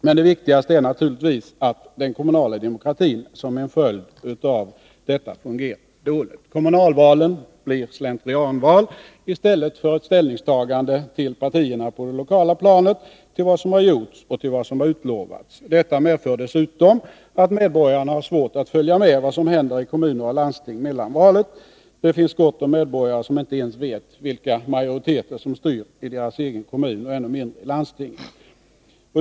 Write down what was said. Men det viktigaste är naturligtvis att den kommunala demokratin som en följd av detta fungerar dåligt. Kommunalvalen blir slentrianval i stället för ställningstaganden till partierna på det lokala planet, till vad som har gjorts och vad som har utlovats. Detta medför dessutom att medborgarna har svårt att följa med i vad som händer i kommuner och landsting mellan valen. Det finns gott om medborgare som inte ens vet vilka majoriteter som styr i deras egen kommun och ännu mindre i landstinget.